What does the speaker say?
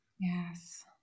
Yes